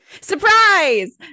Surprise